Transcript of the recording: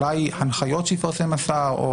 אולי הנחיות שיפרסם השר.